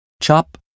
chop